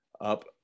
up